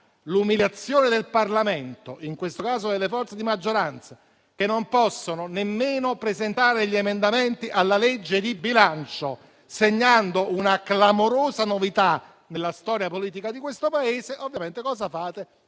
l’umiliazione del Parlamento e delle forze di maggioranza, decidendo che non possono nemmeno presentare emendamenti al disegno di legge di bilancio, segnando una clamorosa novità nella storia politica di questo Paese, ovviamente spostate